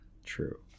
True